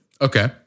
Okay